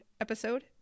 episode